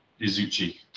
Izuchi